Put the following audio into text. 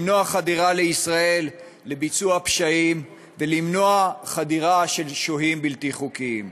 למנוע חדירה לישראל לביצוע פשעים ולמנוע חדירה של שוהים בלתי חוקיים.